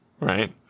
right